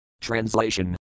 Translation